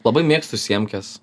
labai mėgstu siemkes